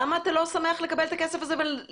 למה אתה לא שמח לקבל את הכסף הזה ולדאוג